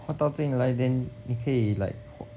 画到这里来 then 你可以 like